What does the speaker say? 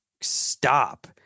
stop